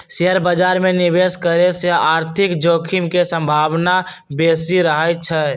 share बाजार में निवेश करे से आर्थिक जोखिम के संभावना बेशि रहइ छै